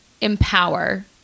empower